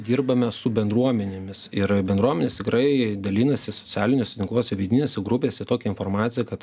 dirbame su bendruomenėmis ir bendruomenės tikrai dalinasi socialiniuose tinkluose vidinėse grupėse tokią informaciją kad